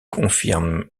confirme